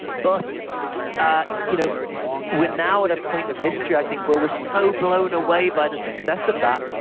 but ah you know we're now at a point of history. i think where we're so blown away by the success of that,